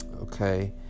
Okay